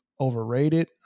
overrated